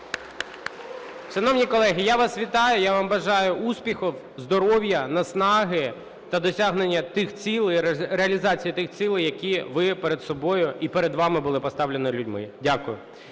Шановні колеги, я вас вітаю, я вам бажаю успіхів, здоров'я, наснаги та досягнення тих цілей, реалізації тих цілей, які ви перед собою і перед вами були поставлені людьми. Дякую.